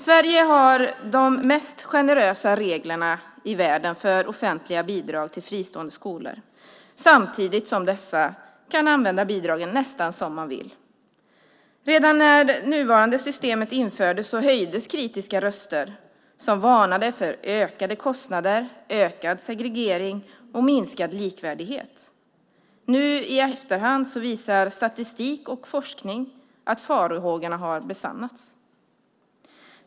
Sverige har de mest generösa reglerna i världen för offentliga bidrag till fristående skolor samtidigt som dessa kan använda bidragen nästan som de vill. Redan när det nuvarande systemet infördes höjdes kritiska röster som varnade för ökade kostnader, ökad segregering och minskad likvärdighet. Nu i efterhand visar statistik och forskning att farhågorna har besannats.